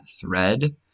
thread